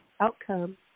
outcome